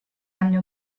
anni